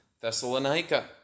Thessalonica